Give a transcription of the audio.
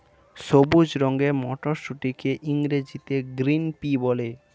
সবুজ রঙের মটরশুঁটিকে ইংরেজিতে গ্রিন পি বলে